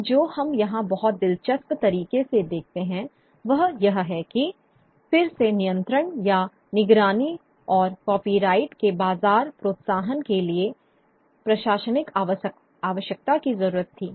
अब जो हम यहां बहुत दिलचस्प तरीके से देखते हैं वह यह है कि फिर से नियंत्रण या निगरानी और कॉपीराइट के बाजार प्रोत्साहन के लिए प्रशासनिक आवश्यकता की जरूरत थी